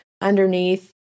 underneath